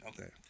Okay